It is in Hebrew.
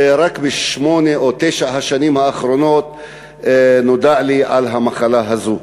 ורק בשמונה או בתשע השנים האחרונות נודע לי על המחלה הזו.